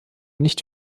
nicht